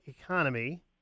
Economy